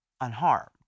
unharmed